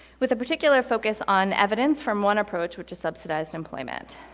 with a particular focus on evidence from one approach, which is subsidized employment.